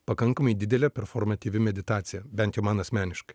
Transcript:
pakankamai didelė performatyvi meditacija bent jau man asmeniškai